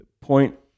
point